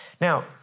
Now